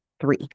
three